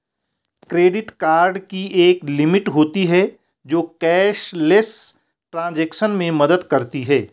credit card की एक limit होती है जो कैशलेस ट्रांज़ैक्शन में मदद करती है